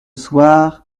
soir